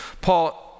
Paul